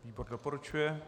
Výbor doporučuje.